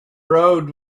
road